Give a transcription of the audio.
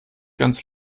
ganz